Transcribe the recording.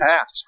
Ask